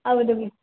ಹೌದು